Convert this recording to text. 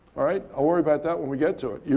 all right. i'll worry about that when we get to it.